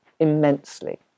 immensely